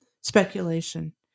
speculation